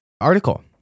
article